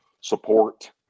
support